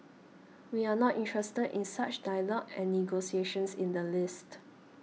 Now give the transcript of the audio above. we are not interested in such dialogue and negotiations in the least